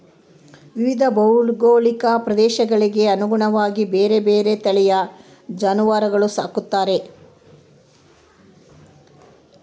ವಿವಿಧ ಭೌಗೋಳಿಕ ಪ್ರದೇಶಗಳಿಗೆ ಅನುಗುಣವಾಗಿ ಬೇರೆ ಬೇರೆ ತಳಿಯ ಜಾನುವಾರುಗಳನ್ನು ಸಾಕ್ತಾರೆ